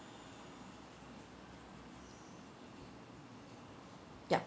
yup